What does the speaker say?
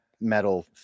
metal